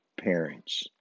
parents